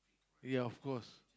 ya of course